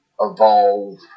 evolve